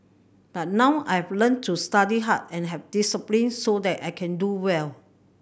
but now I've learnt to study hard and have discipline so that I can do well